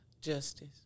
Justice